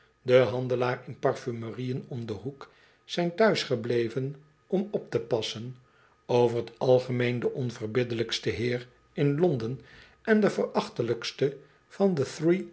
den handelaar in parfumerieën om den hoek zijn thuis gebleven om op te passen over t algemeen de onverbiddelijkste heer in londen en de verachtelijkste van de